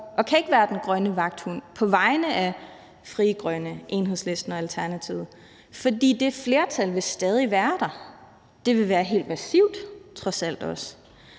og kan ikke være den grønne vagthund på vegne af Frie Grønne, Enhedslisten og Alternativet, for det flertal vil stadig være der. Det vil være helt massivt, trods alt også.